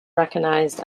recognized